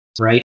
Right